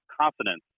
confidence